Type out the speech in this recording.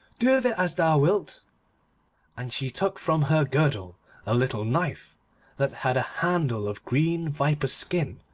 do with it as thou wilt and she took from her girdle a little knife that had a handle of green viper's skin,